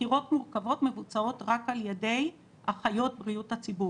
חקירות מורכבות מבוצעות רק על ידי אחיות בריאות הציבור.